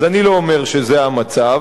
אז אני לא אומר שזה המצב,